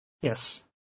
Yes